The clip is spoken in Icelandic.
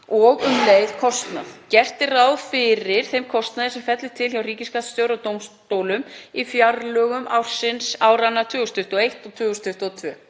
og um leið kostnað. Gert er ráð fyrir þeim kostnaði sem fellur til hjá ríkisskattstjóra og dómstólum í fjárlögum áranna 2021 og 2022.